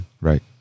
Right